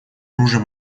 оружие